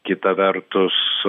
kita vertus